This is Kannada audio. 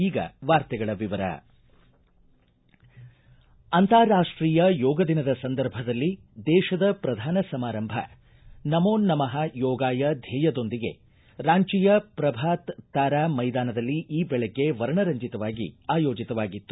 ಈಗ ವಾರ್ತೆಗಳ ವಿವರ ಅಂತಾರಾಷ್ಟೀಯ ಯೋಗದ ದಿನದ ಸಂದರ್ಭದಲ್ಲಿ ದೇತದ ಪ್ರಧಾನ ಸಮಾರಂಭ ನಮೋ ನಮಃ ಯೋಗಾಯ ಥ್ಕೇಯದೊಂದಿಗೆ ರಾಂಚಿಯ ಶ್ರಭಾತ್ ತಾರಾ ಮೈದಾನದಲ್ಲಿ ಈ ದೆಳಗ್ಗೆ ವರ್ಣರಂಜಿತವಾಗಿ ಆಯೋಜಿತವಾಗಿತ್ತು